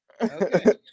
Okay